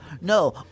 no